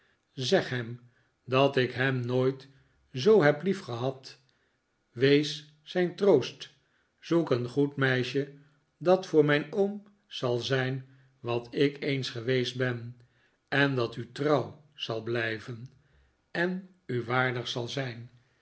zeg hem dat ik hem nooit zoo heb liefgehad wees zijn troost zoek een goed meisje dat voor mijn oom zal zijn wat ik eens geweest ben en dat u trouw zal blijven en u waardig zal zijn